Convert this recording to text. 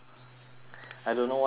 I don't know why everywhere I